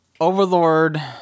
Overlord